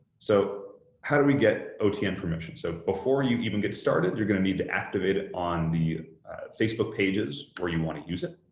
so how do we get otn permission? so before you even get started, you're going to need to activate it on the facebook pages where you want to use it.